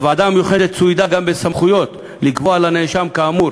הוועדה המיוחדת צוידה גם בסמכויות לקבוע לנאשם כאמור